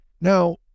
Now